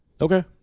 Okay